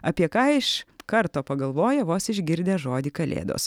apie ką iš karto pagalvoji vos išgirdę žodį kalėdos